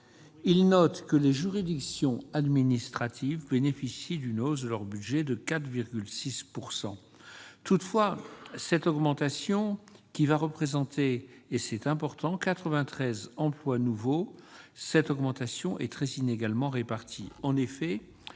note que les juridictions administratives bénéficient d'une hausse de leur budget de 4,6 %. Toutefois, cette augmentation, qui représentera, et c'est important, 93 emplois nouveaux, est très inégalement répartie.